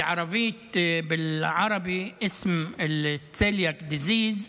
בערבית (אומר דברים בשפה הערבית,